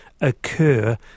occur